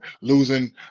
losing